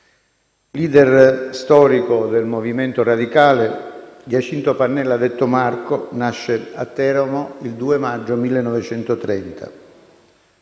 *Leader* storico del movimento radicale, Giacinto Pannella, detto Marco, nasce a Teramo il 2 maggio 1930.